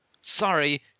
Sorry